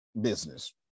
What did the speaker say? business